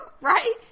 right